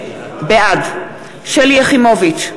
בעד שלי יחימוביץ,